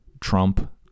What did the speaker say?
Trump